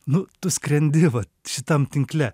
nu tu skrendi va šitam tinkle